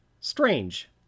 Strange